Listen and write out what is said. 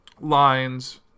lines